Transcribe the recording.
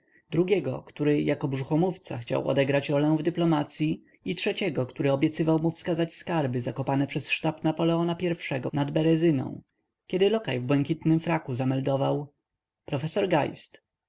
drugiego który jako brzuchomówca chciał odegrać rolę w dyplomacyi i trzeciego który obiecywał mu wskazać skarby zakopane przez sztab napoleona i nad berezyną kiedy lokaj w błękitnym fraku zameldował profesor geist